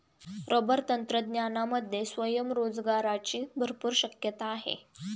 rubber तंत्रज्ञानामध्ये स्वयंरोजगाराची भरपूर शक्यता आहे